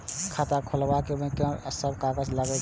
खाता खोलाअब में की सब कागज लगे छै?